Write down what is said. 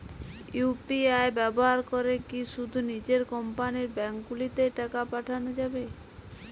UPI ব্যবহার করে কি শুধু নিজের কোম্পানীর ব্যাংকগুলিতেই টাকা পাঠানো যাবে?